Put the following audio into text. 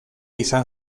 izan